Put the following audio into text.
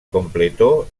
completó